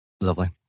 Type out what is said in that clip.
Lovely